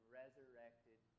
resurrected